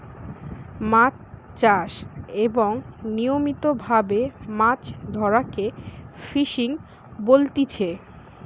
মাছ চাষ এবং নিয়মিত ভাবে মাছ ধরাকে ফিসিং বলতিচ্ছে